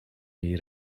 jej